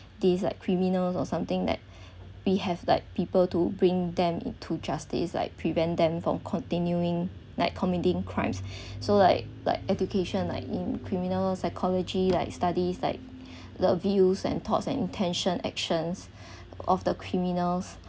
these like criminals or something that we have like people to bring them into justice like prevent them from continuing like committing crimes so like like education like in criminal psychology like studies like the views and thoughts and intentions actions of the criminals